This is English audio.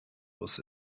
was